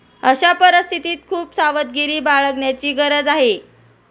अशा परिस्थितीत खूप सावधगिरी बाळगण्याची गरज आहे